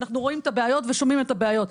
אנחנו רואים את הבעיות ושומעים את הבעיות.